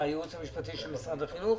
הייעוץ המשפטי של משרד החינוך.